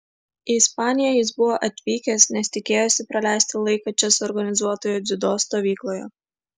į ispaniją jis buvo atvykęs nes tikėjosi praleisti laiką čia suorganizuotoje dziudo stovykloje